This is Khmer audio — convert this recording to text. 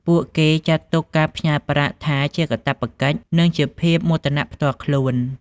ពួកគេចាត់ទុកការផ្ញើប្រាក់ថាជាកាតព្វកិច្ច និងជាភាពមោទនផ្ទាល់ខ្លួន។